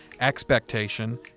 expectation